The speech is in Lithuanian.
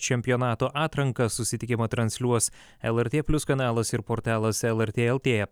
čempionato atranką susitikimą transliuos lrt plius kanalas ir portalas lrt lt